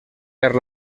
per